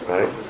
Right